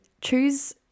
choose